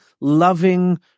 loving